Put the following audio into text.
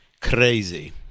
crazy